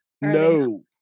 No